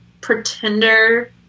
Pretender